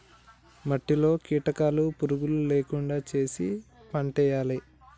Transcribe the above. మట్టిలో కీటకాలు పురుగులు లేకుండా చేశి పంటేయాలే